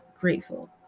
grateful